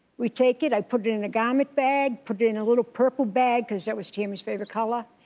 we take it, i put it it in a garment bag, put it in a little purple bag because that was tammy's favorite color.